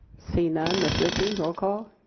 seeing none ms ritchie roll call.